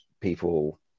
people